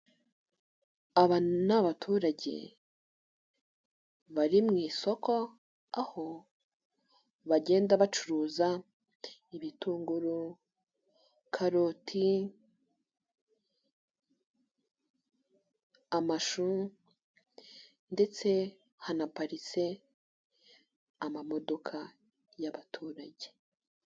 Aba ni abaturage bariw isoko aho bagenda bacuruza ibitunguru, karoti, amashu, ndetse hanaparitse amamodoka y'abaturage.